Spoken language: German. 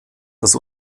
das